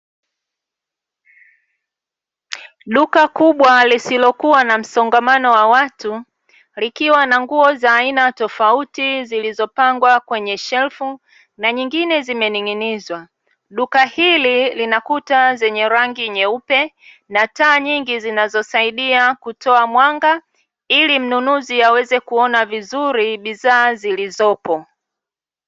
Duka kubwa lisilokua na msongamano wa watu, likiwa na nguo za aina tofauti zilizopangwa kwenye shelfu na nyingine zimening'inizwa. Duka hili lina kuta zenye rangi nyeupe na taa nyingi zinazosaidia kutoa mwanga ili mnunuzi aweze kuona vizuri bidhaa zilizopo.